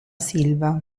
silva